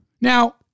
Now